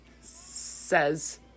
says